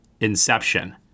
Inception